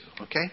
okay